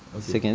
okay